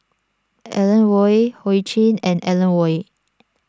Alan Oei Ho Ching and Alan Oei